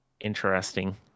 Interesting